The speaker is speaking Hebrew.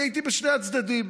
אני הייתי בשני הצדדים.